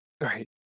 Right